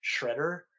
Shredder